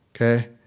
Okay